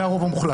זה הרוב המוחלט.